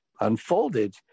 unfolded